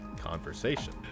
conversation